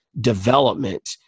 development